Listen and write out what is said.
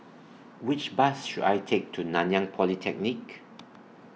Which Bus should I Take to Nanyang Polytechnic